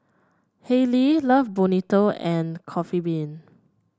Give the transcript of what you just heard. Haylee Love Bonito and Coffee Bean